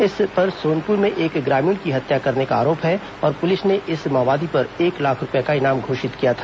इस पर सोनपुर में एक ग्रामीण की हत्या करने का आरोप है और पुलिस ने इस माओवादी पर एक लाख रूपये का इनाम घोषित किया था